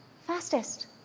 fastest